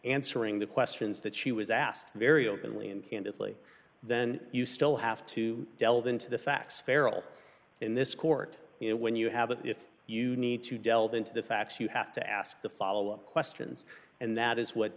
answering the questions that she was asked very openly and candidly then you still have to delve into the facts farrel in this court you know when you have a if you need to delve into the facts you have to ask the follow up questions and that is what